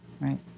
Right